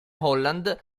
holland